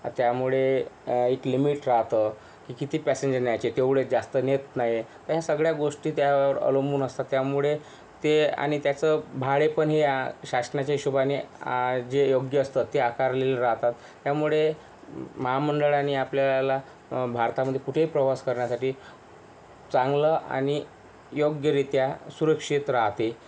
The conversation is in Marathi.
त्यामुळे एक लिमिट राहातं की किती पॅसेंजर न्यायचे तेवढे जास्त नेत नाही तर या सगळ्या गोष्टी त्यावर अवलंबून असतात त्यामुळे ते आणि त्याचं भाडे पण या शासनाच्या हिशोबानी जे योग्य असतं ते आकारलेलं राहतात त्यामुळे महामंडळाने आपल्याला भारतामध्ये कुठेही प्रवास करण्यासाठी चांगलं आणि योग्यरीत्या सुरक्षित राहते